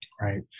Right